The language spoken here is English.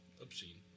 obscene